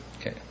okay